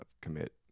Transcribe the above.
commit